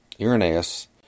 Irenaeus